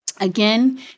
Again